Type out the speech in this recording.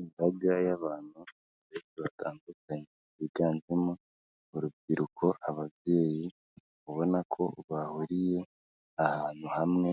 Imbaga y'abantu benshi batandukanye, biganjemo urubyiruko, ababyeyi ubona ko bahuriye ahantu hamwe,